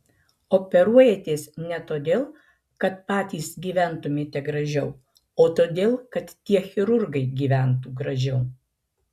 operuojatės ne todėl kad patys gyventumėte gražiau o todėl kad tie chirurgai gyventų gražiau